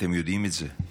ואתם יודעים את זה.